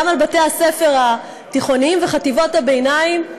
גם על בתי-הספר התיכוניים וחטיבות הביניים.